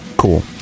cool